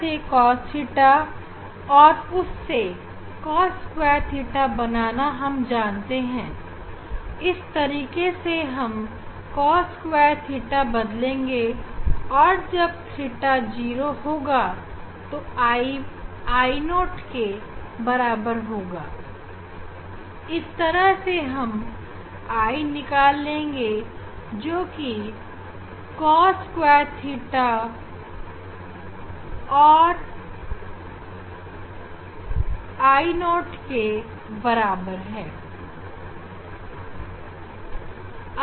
से cos और उससे cos2 बनाना हम जानते हैं इस तरीके से हम cos2 बदलेंगे और जब θ 0 होगा तो I Io होगा इस तरह से हम I निकाल लेंगे जो कि Iocos2के बराबर है